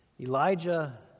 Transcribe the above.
Elijah